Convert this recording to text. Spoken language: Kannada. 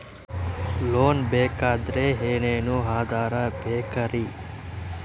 ಲೋನ್ ಬೇಕಾದ್ರೆ ಏನೇನು ಆಧಾರ ಬೇಕರಿ?